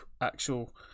actual